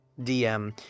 DM